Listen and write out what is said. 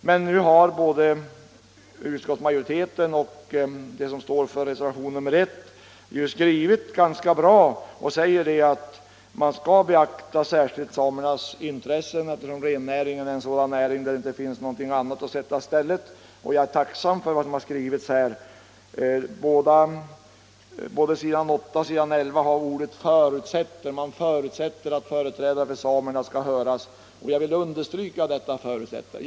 Men nu har både utskottsmajoriteten och de som avgivet reservationen 1 gjort en ganska bra skrivning och sagt att man skall beakta särskilt samernas intressen, eftersom rennäringen är en näring som inte kan ersättas av någonting annat. Jag är tacksam för detta. Både på s. 8 och s. 11 i betänkandet förekommer ordet förutsätter - man förutsätter att företrädare för samerna skall höras. Jag vill understryka ordet förutsätter.